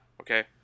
okay